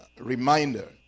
reminder